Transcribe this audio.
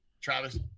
Travis